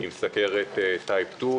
שהיתה מדינה צעירה, הפסיקה להיות מדינה צעירה.